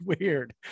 weird